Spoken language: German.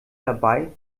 dabei